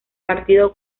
partido